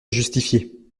justifier